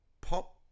pop